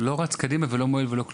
לא רץ קדימה ולא כלום.